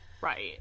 Right